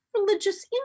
religious